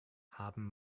haben